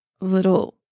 little